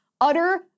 utter